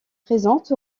présente